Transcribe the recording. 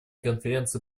конференции